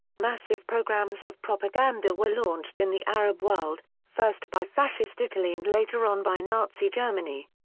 massive programs of propaganda were launched in the arab world, first by fascist italy and later on by nazi germany.